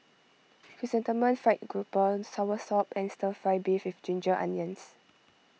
Chrysanthemum Fried Grouper Soursop and Stir Fry Beef with Ginger Onions